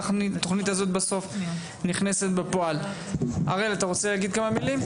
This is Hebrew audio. הראל, אתה רוצה להגיד כמה מילים?